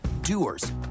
doers